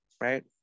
right